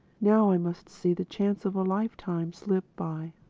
now i must see the chance of a lifetime slip by.